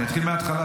אני מתחיל מההתחלה.